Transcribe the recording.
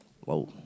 Whoa